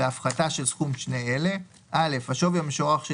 בהפחתה של סכום שני אלה: השווי המשוערך של